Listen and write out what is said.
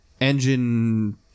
engine